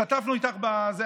השתתפנו איתך בזה.